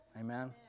Amen